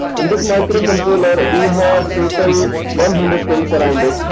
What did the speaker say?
in this microcontroller we have total one hundred pins around it.